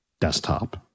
desktop